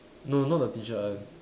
no not the T shirt one